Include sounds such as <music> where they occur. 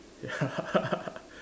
ya <laughs>